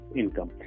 income